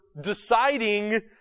deciding